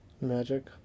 Magic